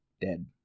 dead